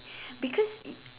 because it